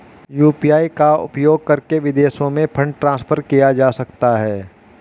UPI का उपयोग करके विदेशों में फंड ट्रांसफर किया जा सकता है?